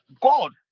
god